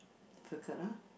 difficult ah